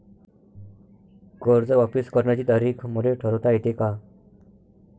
कर्ज वापिस करण्याची तारीख मले ठरवता येते का?